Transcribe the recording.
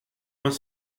vingt